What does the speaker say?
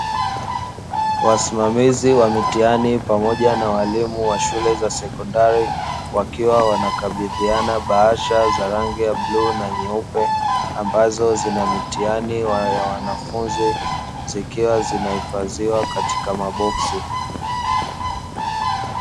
Wasimamizi wa mitihani pamoja na walimu wa shule za sekondari wakiwa wanakabidhiana bahasha za rangi ya bluu na nyeupe ambazo zina mitihani ya wanafunzi zikiwa zinahifadhiwa katika maboksi.